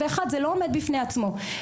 וזה לא עומד בפני עצמו.